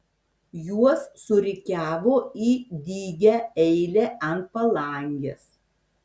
juos surikiavo į dygią eilę ant palangės